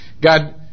God